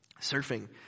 surfing